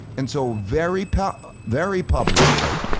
and so very but very publicly,